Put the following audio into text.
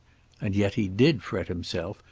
and yet he did fret himself,